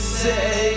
say